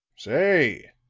say,